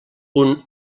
punt